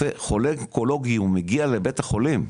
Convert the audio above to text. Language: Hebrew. חולה אונקולוגי הוא מגיע לבית החולים,